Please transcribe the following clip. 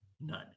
None